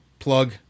Plug